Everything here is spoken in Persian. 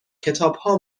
کتابها